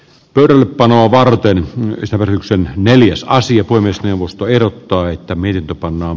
pöydällepanoa varten sävellyksen neljäs aasi voi myös neuvosto ehdottaa että miltä pannaan